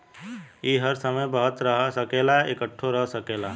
ई हर समय बहत रह सकेला, इकट्ठो रह सकेला